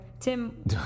Tim